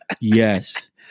yes